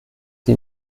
sie